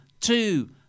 two